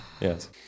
Yes